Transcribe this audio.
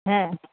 হ্যাঁ